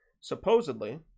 supposedly